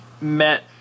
met